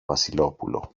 βασιλόπουλο